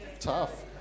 tough